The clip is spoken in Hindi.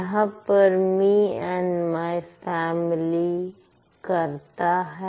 यहां पर मी एंड माय फैमिली करता है